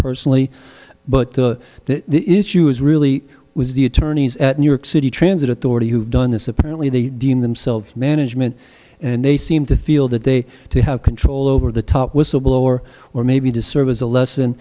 personally but the issues really was the attorneys at new york city transit authority who've done this apparently they deem themselves management and they seem to feel that they have control over the top whistleblower or maybe to serve as a lesson